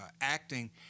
acting